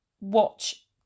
watch